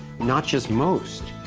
not just most,